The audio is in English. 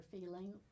feeling